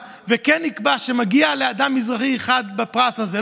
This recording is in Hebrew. וכן יקבע שמגיע לאדם מזרחי אחד הפרס הזה,